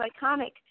iconic